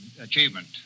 achievement